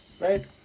right